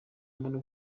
muntu